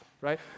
right